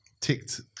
ticked